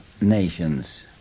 nations